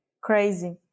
crazy